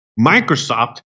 Microsoft